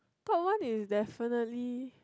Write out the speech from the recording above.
top one is definitely